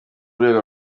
rwego